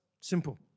Simple